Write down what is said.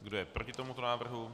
Kdo je proti tomuto návrhu?